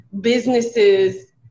businesses